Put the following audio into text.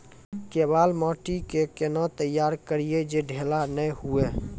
केवाल माटी के कैना तैयारी करिए जे ढेला नैय हुए?